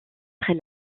très